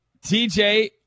TJ